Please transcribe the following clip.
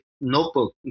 notebook